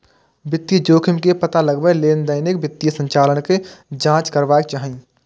वित्तीय जोखिम के पता लगबै लेल दैनिक वित्तीय संचालन के जांच करबाक चाही